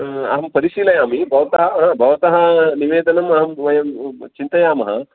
अहं परिशीलयामि भवतः भवतः निवेदनमहं वयं चिन्तयामः